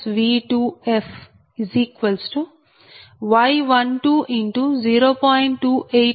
2857 0